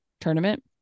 tournament